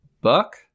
buck